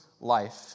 life